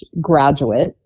graduate